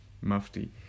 Mufti